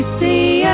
see